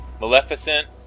Maleficent